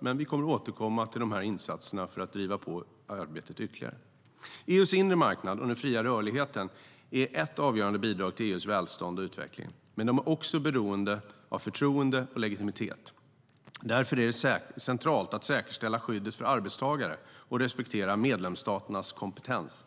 Men vi återkommer till de här insatserna för att driva på arbetet ytterligare.EU:s inre marknad och den fria rörligheten är ett avgörande bidrag till EU:s välstånd och utveckling. Men de är också beroende av förtroende och legitimitet. Därför är det centralt att säkerställa skyddet för arbetstagare och respektera medlemsstaternas kompetens.